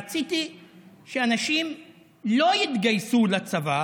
רציתי שאנשים לא יתגייסו לצבא,